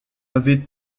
avait